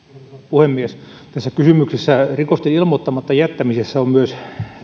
puhemies tässä kysymyksessä rikosten ilmoittamatta jättämisestä on